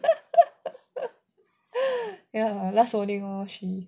ya last warning lor she